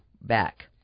back